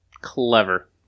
clever